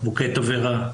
תבערה,